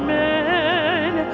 man